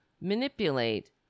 manipulate